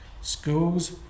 Schools